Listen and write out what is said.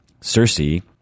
Cersei